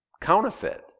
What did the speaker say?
counterfeit